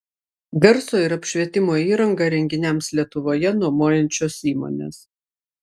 garso ir apšvietimo įrangą renginiams lietuvoje nuomojančios įmonės